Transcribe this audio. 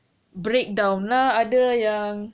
breakdown lah ada yang